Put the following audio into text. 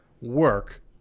work